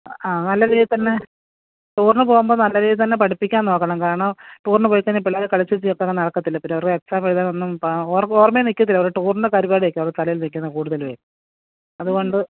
ആ നല്ല രീതിയിൽ തന്നെ ടൂറിനു പോകുമ്പോൾ നല്ല രീതിയിൽ തന്നെ പഠിപ്പിക്കാന് നോക്കണം കാരണം ടൂറിനു പോയിക്കഴിഞ്ഞാൽ പിള്ളാർ കളിച്ചും ചിരിച്ചും അങ്ങ് നടക്കത്തില്ലേ പിന്നെ അവരുടെ എക്സാം എഴുതാന് ഒന്നും ഓർക്കും ഓര്മ്മയിൽ നിൽക്കത്തില്ല അവർ ടൂറിന്റെ പരിപാടിയായിരിക്കും തലയിൽ നിൽക്കുന്നത് കൂടുതലുമേ അതുകൊണ്ട്